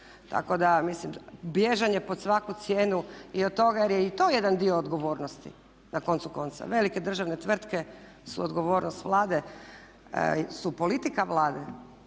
Tako da, mislim bježanje pod svaku cijenu i od toga jer je i to jedan dio odgovornosti na koncu konca. Velike državne tvrtke su odgovornost Vlade, su politika Vlade.